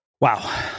Wow